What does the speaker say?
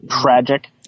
tragic